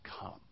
come